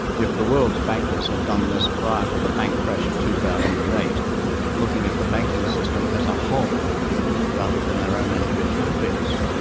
if the world's bankers had done this prior to the bank crash of two thousand and looking at the banking system as a whole rather than their own individual bits,